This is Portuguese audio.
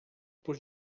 por